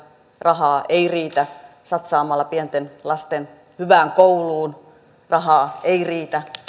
rahaa ei riitä satsata pienten lasten hyvään kouluun rahaa ei riitä